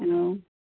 hello